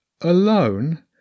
Alone